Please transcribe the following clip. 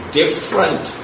different